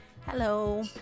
Hello